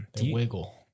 wiggle